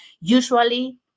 usually